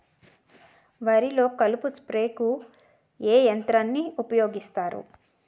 వరిలో కలుపు స్ప్రేకు ఏ యంత్రాన్ని ఊపాయోగిస్తారు?